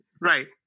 Right